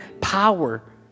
power